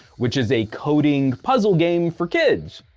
which is a coding puzzle game for kids,